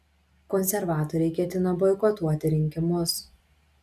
konservatoriai ketina boikotuoti rinkimus